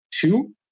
Two